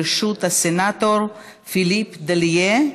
בראשות הסנטור פיליפ דאלייה,